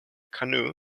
canoe